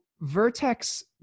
Vertex